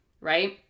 right